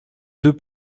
deux